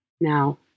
Now